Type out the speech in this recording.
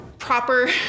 proper